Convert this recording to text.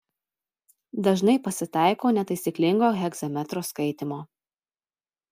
dažnai pasitaiko netaisyklingo hegzametro skaitymo